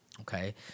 Okay